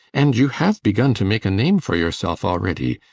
and you have begun to make a name for yourself already.